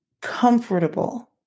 comfortable